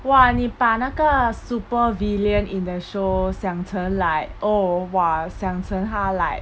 !wah! 你把那个 super villain in the show 想成 like oh !wah! 想成他 like